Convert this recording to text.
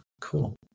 Cool